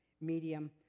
medium